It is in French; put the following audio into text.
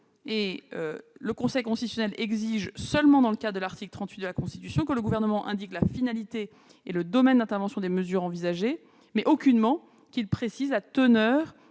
Le Conseil constitutionnel exige seulement, au regard de l'article 38 de la Constitution, que le Gouvernement indique la finalité et le domaine d'intervention des habilitations demandées, mais aucunement qu'il précise la teneur